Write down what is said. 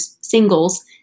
singles